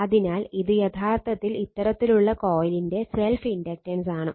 അതിനാൽ ഇത് യഥാർത്ഥത്തിൽ ഇത്തരത്തിലുള്ള കോയിലിന്റെ സെല്ഫ് ഇൻഡക്റ്റൻസ് ആണ്